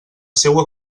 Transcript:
seua